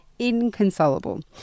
inconsolable